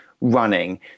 running